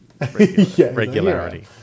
regularity